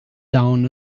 down